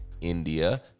India